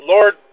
Lord